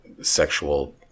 sexual